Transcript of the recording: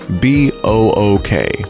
B-O-O-K